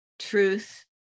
truth